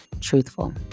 truthful